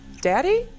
Daddy